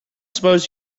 suppose